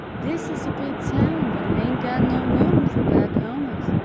this is a big town, but it ain't got no room for back-homers.